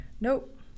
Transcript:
nope